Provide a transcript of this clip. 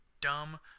dumb